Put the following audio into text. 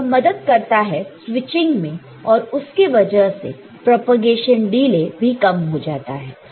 तो यह मदद करता है स्विचिंग में और उसके वजह से प्रोपेगेशन डिले भी कम हो जाता है